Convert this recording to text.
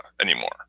anymore